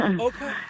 Okay